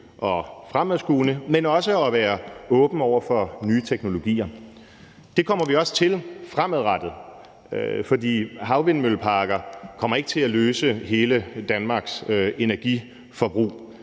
og fremadskuende, men også ved at være åben over for nye teknologier. Det kommer vi også til at være fremadrettet, for havvindmølleparker kommer ikke til at løse opgaven med hele Danmarks energiforbrug.